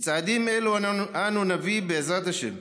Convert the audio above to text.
בצעדים אלו אנו נביא, בעזרת השם,